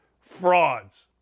frauds